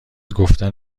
گفتن